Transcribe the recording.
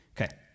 Okay